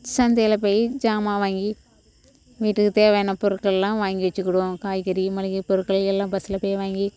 சந்தையில் போய் ஜாமான் வாங்கி வீட்டுக்குத் தேவையான பொருட்கள்லாம் வாங்கி வச்சிக்கிடுவோம் காய்கறி மளிகைப் பொருட்கள் எல்லாம் பஸில் போய் வாங்கி